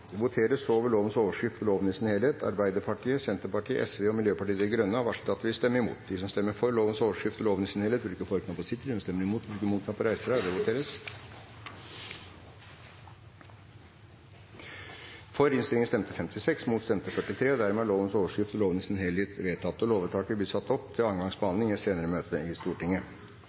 Det voteres over lovens overskrift og loven i sin helhet. Arbeiderpartiet, Senterpartiet, Sosialistisk Venstreparti og Miljøpartiet De Grønne har varslet at de vil stemme imot. Lovvedtaket vil bli satt opp til annen gangs behandling i et senere møte i Stortinget.